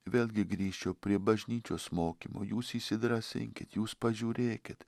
vėlgi grįšiu prie bažnyčios mokymo jūs įsidrąsinkit jūs pažiūrėkit